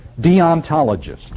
deontologist